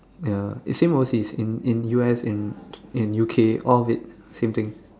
ya it's the same overseas in in U_S in in U_K all of it same thing